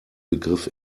begriff